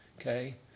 Okay